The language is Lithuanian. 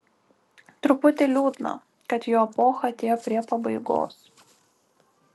truputį liūdna kad jo epocha atėjo prie pabaigos